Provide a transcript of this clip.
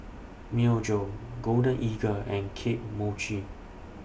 Myojo Golden Eagle and Kane Mochi